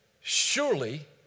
Surely